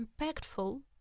impactful